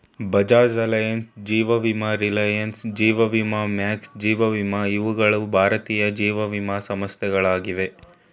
Bajaj Allianz, ಜೀವ ವಿಮಾ ರಿಲಯನ್ಸ್, ಜೀವ ವಿಮಾ ಮ್ಯಾಕ್ಸ್, ಜೀವ ವಿಮಾ ಇವುಗಳ ಭಾರತೀಯ ಜೀವವಿಮೆ ಸಂಸ್ಥೆಗಳಾಗಿವೆ